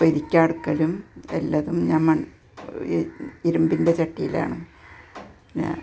പൊരിയ്ക്കാൻ എടുക്കലും എല്ലാ ഇതും ഞാൻ ഇരുമ്പിൻ്റെ ചട്ടിയിലാണ്